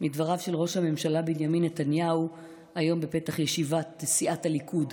מדבריו של ראש הממשלה בנימין נתניהו היום בפתח ישיבת סיעת הליכוד.